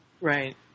Right